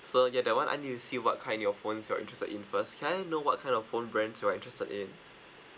so ya that one I need to see what kind of phones you're interested in first can I know what kind of phone brands you're interested in